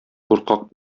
куркак